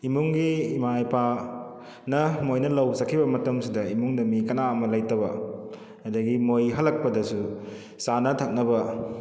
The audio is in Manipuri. ꯏꯃꯨꯡꯒꯤ ꯏꯃꯥ ꯏꯄꯥꯅ ꯃꯣꯏꯅ ꯂꯧ ꯆꯠꯈꯤꯕ ꯃꯇꯝꯁꯤꯗ ꯏꯃꯨꯡꯗ ꯃꯤ ꯀꯅꯥ ꯑꯃ ꯂꯩꯇꯕ ꯑꯗꯨꯗꯒꯤ ꯃꯣꯏ ꯍꯜꯂꯛꯄꯗꯁꯨ ꯆꯥꯅ ꯊꯛꯅꯕ